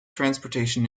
transportation